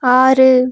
ஆறு